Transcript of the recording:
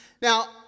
Now